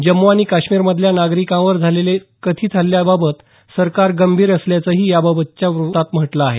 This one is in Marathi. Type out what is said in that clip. जम्मू आणि काश्मीरमधल्या नागरिकांवर झालेले कथित हल्लयांबाबत सरकार गंभीर असल्याचंही याबाबतच्या व्रत्तात म्हटलं आहे